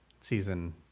season